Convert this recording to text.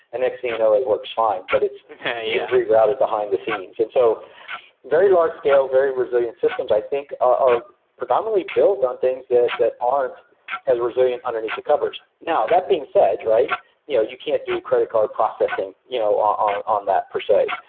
and next thing you know it works fine, but it's yeah rerouted behind the scenes and so very large-scale, very resilient systems i think are predominantly built on things that that aren't as resilient underneath the covers. now that being said, you know you can't do credit card processing you know on on that per se.